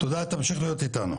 תודה תמשיך להיות איתנו.